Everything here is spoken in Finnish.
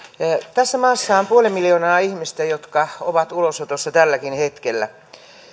tässä maassa on puoli miljoonaa ihmistä jotka ovat ulosotossa tälläkin hetkellä